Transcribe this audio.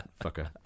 fucker